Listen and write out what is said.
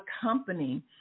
company